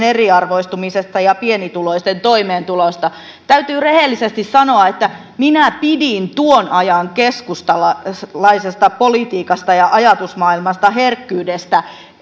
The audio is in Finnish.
eriarvoistumisesta ja pienituloisten toimeentulosta täytyy rehellisesti sanoa että minä pidin tuon ajan keskustalaisesta politiikasta ajatusmaailmasta ja herkkyydestä